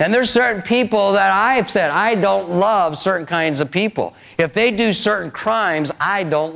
and there's certain people that i have said i don't love certain kinds of people if they do certain crimes i don't